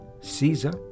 Caesar